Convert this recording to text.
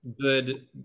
good